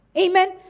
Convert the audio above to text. Amen